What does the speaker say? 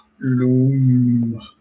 Loom